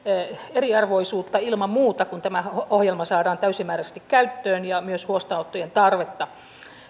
eriarvoisuutta ilman muuta kun tämä ohjelma saadaan täysimääräisesti käyttöön ja myös huostaanottojen tarvetta